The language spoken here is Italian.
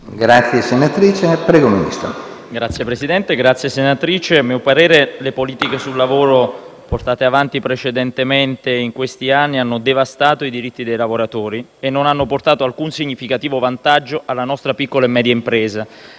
delle politiche sociali*. Signor Presidente, a mio parere le politiche sul lavoro portate avanti precedentemente in questi anni hanno devastato i diritti dei lavoratori e non hanno portato alcun significativo vantaggio alla nostra piccola e media impresa;